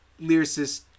lyricist